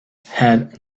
have